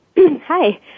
Hi